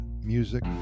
music